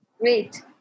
Great